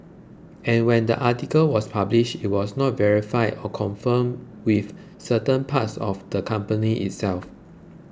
and when the article was published it was not verified or confirmed with certain parts of the company itself